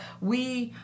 We